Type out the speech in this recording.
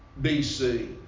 BC